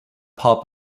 pop